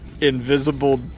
invisible